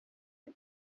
but